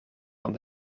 van